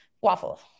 Waffle